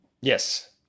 Yes